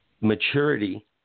Maturity